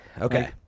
okay